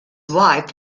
wife